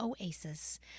oasis